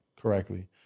correctly